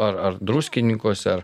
ar ar druskininkuose